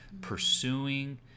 pursuing